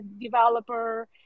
developer